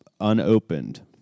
unopened